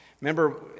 Remember